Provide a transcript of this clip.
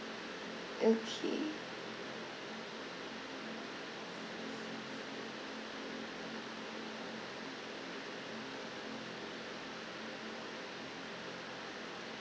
okay